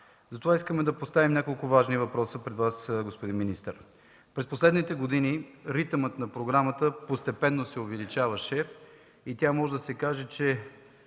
затова искаме да поставим няколко важни въпроса пред Вас, господин министър. През последните години ритъмът на програмата постепенно се увеличаваше и тя, може да се каже, че,